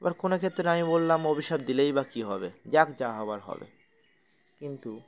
এবার কোনো ক্ষেত্রে আমি বললাম অভিশাপ দিলেই বা কী হবে যাক যা হওয়ার হবে কিন্তু